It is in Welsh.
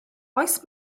oes